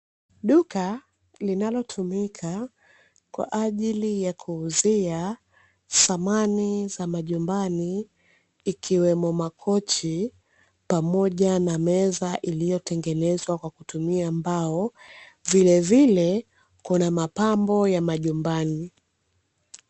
Duka linalotumika kwa ajili ya kuuzia samani za majumbani ikiwemo makochi pamoja na meza iliyotengenezwa kwa kutumia mbao vile vile kuna mapambo ya majumbani.